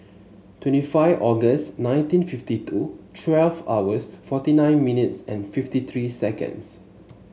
twenty five August nineteen fifty two twelve hours forty nine minutes and fifty three seconds